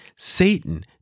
Satan